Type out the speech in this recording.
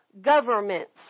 governments